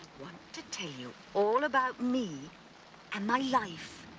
want to tell you all about me and my life.